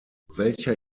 welcher